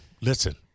listen